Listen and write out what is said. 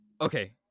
okay